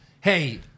Hey